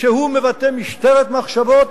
שהוא מבטא משטרת מחשבות,